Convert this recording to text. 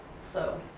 so.